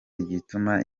igituma